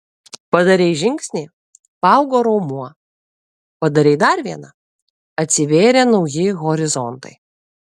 padarei žingsnį paaugo raumuo padarei dar vieną atsivėrė nauji horizontai